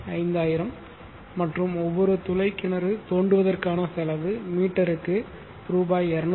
5000 மற்றும் ஒவ்வொரு துளை கிணறு தோண்டுவதற்கான செலவு மீட்டருக்கு ரூ